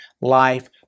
life